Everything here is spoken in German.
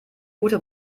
guter